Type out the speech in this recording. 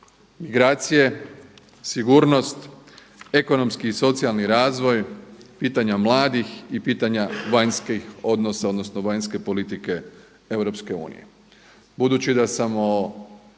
migracije, sigurnost, ekonomski i socijalni razvoj, pitanje mladi i pitanja vanjskih odnosa odnosno vanjske politike EU.